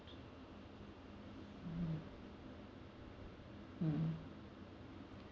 hmm mm